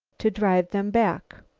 to drive them back.